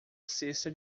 cesta